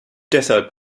deshalb